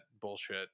bullshit